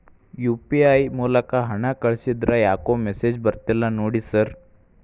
UPI ಮೂಲಕ ಹಣ ಕಳಿಸಿದ್ರ ಯಾಕೋ ಮೆಸೇಜ್ ಬರ್ತಿಲ್ಲ ನೋಡಿ ಸರ್?